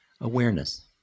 awareness